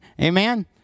Amen